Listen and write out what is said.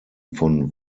von